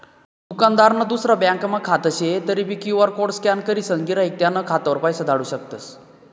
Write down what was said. दुकानदारनं दुसरा ब्यांकमा खातं शे तरीबी क्यु.आर कोड स्कॅन करीसन गिराईक त्याना खातावर पैसा धाडू शकतस